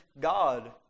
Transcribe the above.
God